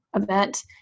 event